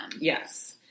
Yes